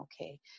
okay